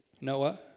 Noah